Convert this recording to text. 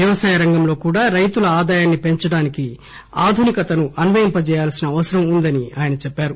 వ్యవసాయ రంగంలో కూడా రైతుల ఆదాయాన్ని పెంచడానికి ఆధునికతను అన్వయింపజేయాల్పిన అవసరం వచ్చిందని ఆయన చెప్పారు